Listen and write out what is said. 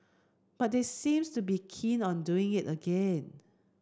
but they seems to be keen on doing it again